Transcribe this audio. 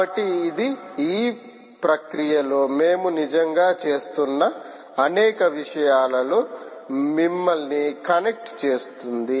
కాబట్టి ఇది ఈ ప్రక్రియలో మేము నిజంగా చేస్తున్న అనేక విషయాలలో మిమ్మల్ని కనెక్ట్ చేస్తుంది